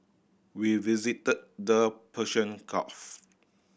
we visited the Persian Gulf